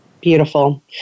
Beautiful